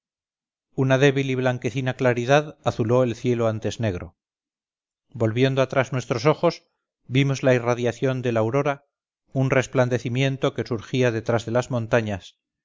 una débil y blanquecina claridad azuló el cielo antes negro volviendo atrás nuestros ojos vimos la irradiación de la aurora un resplandecimiento que surgía detrás de las montañas